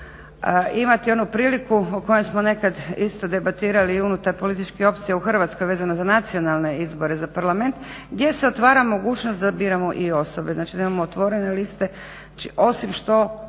imati onu priliku o kojoj smo nekad isto debatirali i unutar političkih opcija u Hrvatskoj vezano za nacionalne izbore za parlament gdje se otvara mogućnost da biramo i osobe, znači da imamo otvorene liste, osim što